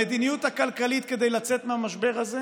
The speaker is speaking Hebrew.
המדיניות הכלכלית כדי לצאת מהמשבר הזה